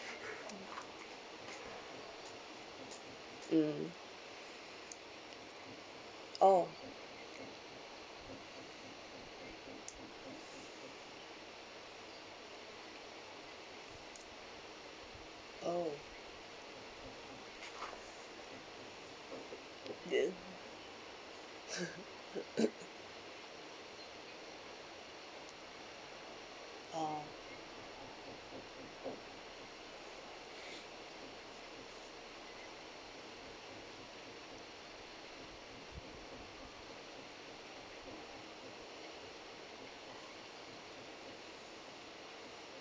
mm oh oh oh